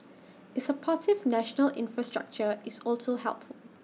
it's A supportive national infrastructure is also helpful